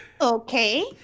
Okay